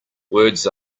words